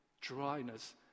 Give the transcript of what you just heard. dryness